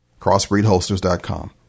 Crossbreedholsters.com